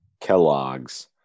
Kellogg's